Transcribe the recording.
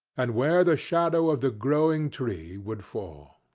and where the shadow of the growing tree would fall.